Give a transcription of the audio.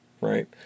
right